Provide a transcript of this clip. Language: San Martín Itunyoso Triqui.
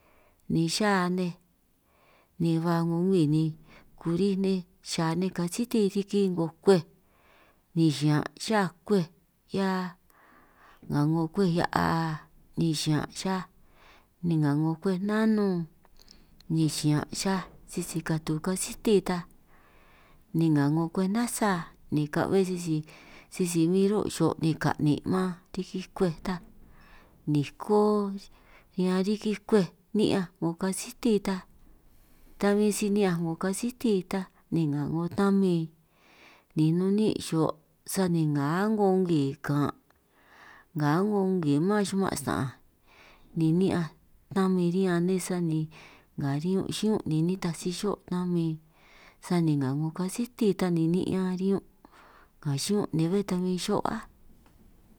Ni xa nej ni ba 'ngo ngwii ni kurij nej xa nej kasiti riki 'ngo kwej, ni xiñan' xa kwej 'hia nga 'ngo kwej hia'aa ni xiñan' xa ni nga 'ngo kwej 'ngo nanun ni xiñan' xaj, sisi katu kasiti ta ni nga 'ngo nasa ni ka'hue sisi bin ro' xo' ni ka'nin' man kiki kwej ta, niko riñan riki kwej ni'ñanj 'ngo kasiti ta si huin si ni'ñanj 'ngo kasiti ta ni nga jnamin ni nun niín' xo' sani nga a'ngo ngwii kan', nga a'ngo ngwii mán xuman' sta'anj ni ni'ñanj jna'min riñan nej sani nga riñun' xiñún ni nitaj si xo jnamin, sani nga 'ngo kasiti ta ni ni'ñan riñun' ka xiñún' ni bé ta bin xo' áj.